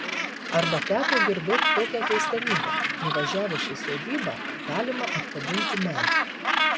arba teko girdėt tokią keistenybę nuvažiavus į sodybą galima apkabinti medį